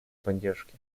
поддержке